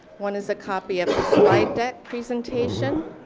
one is a copy of the slide deck presentation